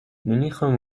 نمیخام